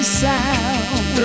sound